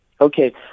Okay